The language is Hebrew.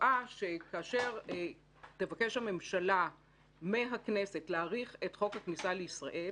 שכאשר תבקש הממשלה מהכנסת להאריך את חוק הכניסה לישראל,